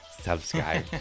subscribe